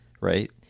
right